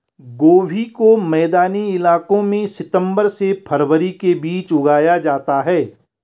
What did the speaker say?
गोभी को मैदानी इलाकों में सितम्बर से फरवरी के बीच उगाया जाता है